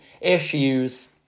issues